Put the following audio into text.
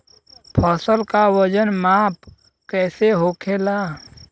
फसल का वजन माप कैसे होखेला?